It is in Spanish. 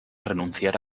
renunciar